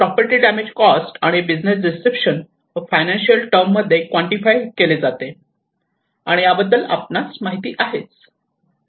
property damage cost आणि business description financial term मध्ये quantified केले जाते आणि याबद्दल आपणास माहिती आहे